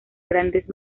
grandes